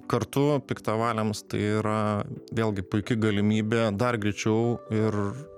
kartu piktavaliams tai yra vėlgi puiki galimybė dar greičiau ir